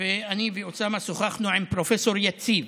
ואני ואוסאמה שוחחנו עם פרופ' יציב,